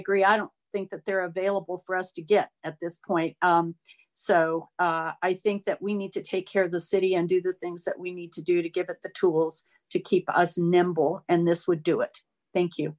agree i don't think that they're available for us to get at this point so i think that we need to take care of the city and do the things that we need to do to give it the tools to keep us nimble and this would do it thank you